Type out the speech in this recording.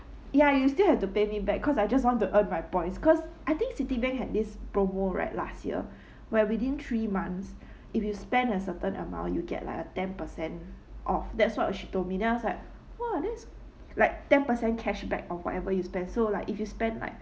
ya you still have to pay me back cause I just want to earn my points cause I think citibank had this promo right last year where within three months if you spend a certain amount you get like a ten percent oh that's what she told me then I was like !wah! that's like ten percent cashback of whatever you spend so like if you spend like